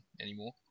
anymore